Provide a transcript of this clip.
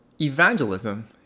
Evangelism